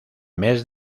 mes